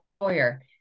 employer